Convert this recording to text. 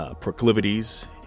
proclivities